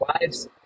lives